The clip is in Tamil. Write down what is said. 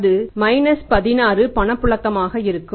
அது 16 பணப்புழக்கமாக இருக்கும்